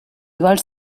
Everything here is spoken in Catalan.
vols